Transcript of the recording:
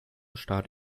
staat